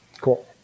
Cool